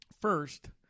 First